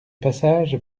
passage